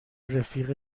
رفیق